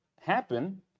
happen